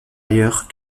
ailleurs